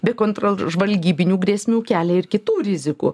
be kontrolžvalgybinių grėsmių kelia ir kitų rizikų